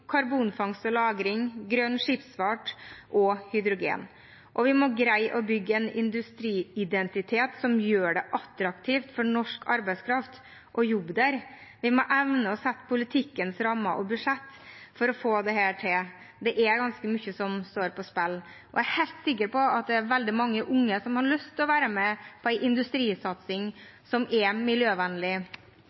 karbonfangst og lagring, grønn skipsfart og hydrogen. Og vi må greie å bygge en industriidentitet som gjør det attraktivt for norsk arbeidskraft å jobbe der. Vi må evne å sette politikkens rammer og budsjett for å få dette til. Det er ganske mye som står på spill. Jeg er helt sikker på at det er veldig mange unge som har lyst til å være med på en industrisatsing som er miljøvennlig,